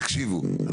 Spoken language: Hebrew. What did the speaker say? תקשיבו,